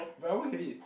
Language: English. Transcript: but I won't get it